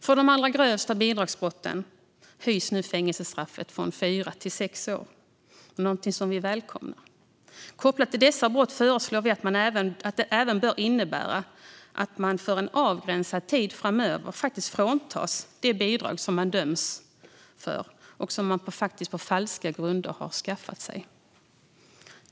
För de allra grövsta bidragsbrotten höjs nu fängelsestraffet från fyra till sex år, något som vi välkomnar. Kopplat till dessa brott föreslår vi att det även bör innebära att man för en avgränsad tid framöver fråntas rätten till de bidrag som man döms för att på falska grunder ha skaffat sig.